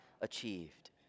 achieved